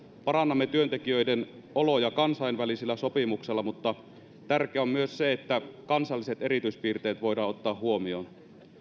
parannamme työntekijöiden oloja kansainvälisellä sopimuksella mutta tärkeää on myös se että kansalliset erityispiirteet voidaan ottaa huomioon